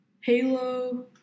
Halo